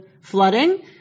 flooding